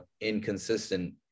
inconsistent